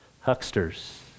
hucksters